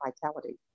vitality